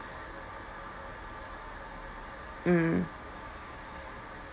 mm